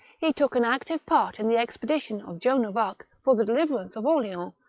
he took an active part in the expedition of joan of arc for the deliverance of orleans,